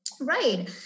Right